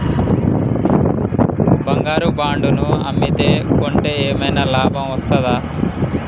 బంగారు బాండు ను అమ్మితే కొంటే ఏమైనా లాభం వస్తదా?